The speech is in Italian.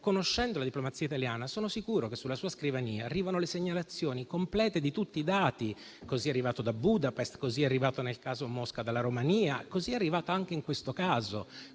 Conoscendo la diplomazia italiana, sono sicuro che sulla sua scrivania arrivano le segnalazioni complete di tutti i dati: così è arrivata da Budapest, così è arrivata nel caso Mosca dalla Romania, così è arrivata anche in questo caso.